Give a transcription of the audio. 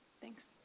Thanks